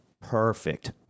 Perfect